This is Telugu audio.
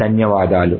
ధన్యవాదాలు